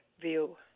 view